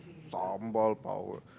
sambal power